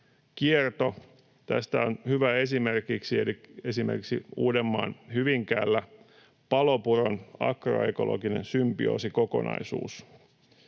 kierto. Tästä on hyvä esimerkki esimerkiksi Uudenmaan Hyvinkäällä Palopuron agroekologinen symbioosi ‑kokonaisuus.